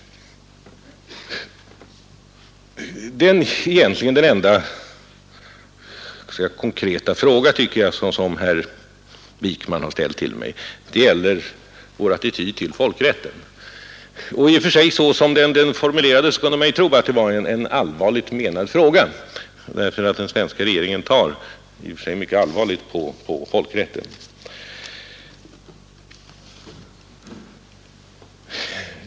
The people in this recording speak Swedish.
Den egentligen enda konkreta fråga, tycker jag, som herr Wijkman har ställt till mig gäller vår attityd till folkrätten. Frågor om folkrätten bör antas vara allvarligt menade, därför att den svenska regeringen enligt en gammal tradition tar mycket allvarligt på folkrätten.